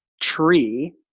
tree